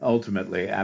Ultimately